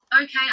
Okay